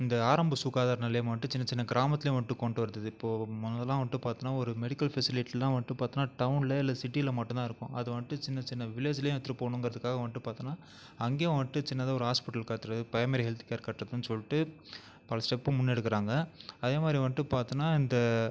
இந்த ஆரம்ப சுகாதர நிலையம் வந்துட்டு சின்ன சின்ன கிராமத்துலேயும் வந்துட்டு கொண்டுட்டு வரது இப்போது முதல்லாம் வந்துட்டு பார்த்தோம்னா ஒரு மெடிக்கல் ஃபெசிலிட்டியெல்லாம் வந்துட்டு பார்த்தோம்னா டவுனில் இல்லை சிட்டியில் மட்டும் தான் இருக்கும் அது வந்துட்டு சின்ன சின்ன வில்லேஜுலையும் எடுத்துகிட்டு போகணுங்கறதுக்காக வந்துட்டு பார்த்தோம்னா அங்கேயும் வந்துட்டு சின்னதாக ஒரு ஹாஸ்பிட்டல் கட்டுறது ப்ரைமரி ஹெல்த் கேர் கட்டுறதுன்னு சொல்லிட்டு பல ஸ்டெப்பை முன்னெடுக்கிறாங்க அதேமாதிரி வந்துட்டு பார்த்தோம்னா இந்த